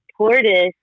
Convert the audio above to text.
Portis